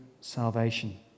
salvation